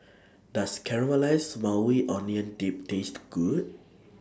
Does Caramelized Maui Onion Dip Taste Good